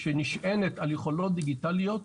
שנשענת על יכולות דיגיטליות,